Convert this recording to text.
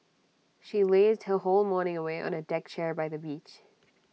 she lazed her whole morning away on A deck chair by the beach